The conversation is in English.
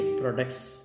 products